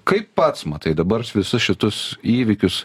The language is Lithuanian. kaip pats matai dabar visus šituos įvykius